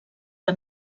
que